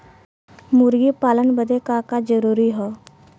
मुर्गी पालन बदे का का जरूरी ह?